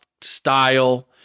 style